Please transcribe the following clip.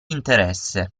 interesse